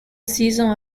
season